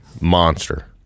monster